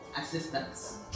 assistance